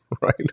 right